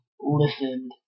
listened